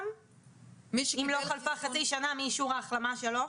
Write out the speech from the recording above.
אם לא חלפה חצי שנה מאישור ההחלמה שלו.